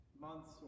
months